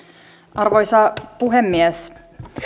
arvoisa puhemies